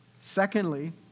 Secondly